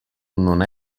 non